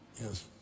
Yes